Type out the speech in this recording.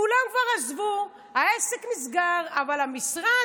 כולם כבר עזבו, העסק נסגר, אבל המשרד,